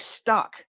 stuck